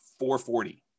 440